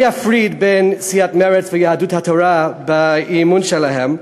אני אפריד בין סיעת מרצ ליהדות התורה באי-אמון שלהן.